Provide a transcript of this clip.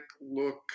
look